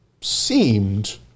seemed